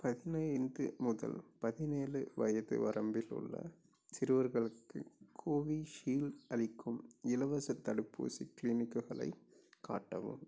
பதினைந்து முதல் பதினேழு வயது வரம்பில் உள்ள சிறுவர்களுக்கு கோவிஷீல்ட் அளிக்கும் இலவசத் தடுப்பூசி க்ளீனிக்குகளைக் காட்டவும்